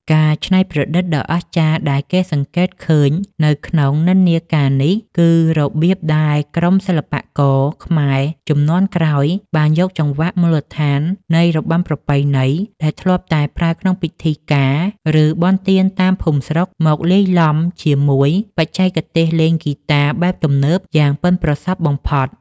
ការច្នៃប្រឌិតដ៏អស្ចារ្យដែលគេសង្កេតឃើញនៅក្នុងនិន្នាការនេះ គឺរបៀបដែលក្រុមសិល្បករខ្មែរជំនាន់ក្រោយបានយកចង្វាក់មូលដ្ឋាននៃរបាំប្រពៃណីដែលធ្លាប់តែប្រើក្នុងពិធីការ ឬបុណ្យទានតាមភូមិស្រុក មកលាយឡំជាមួយបច្ចេកទេសលេងហ្គីតាបែបទំនើបយ៉ាងប៉ិនប្រសប់បំផុត។